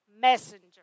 messenger